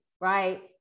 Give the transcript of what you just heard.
right